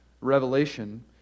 Revelation